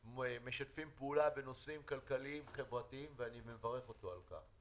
משתפים פעולה בנושאים כלכליים-חברתיים ואני מברך אותו על כך.